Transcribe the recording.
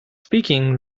speaking